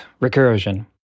recursion